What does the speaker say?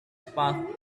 path